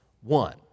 one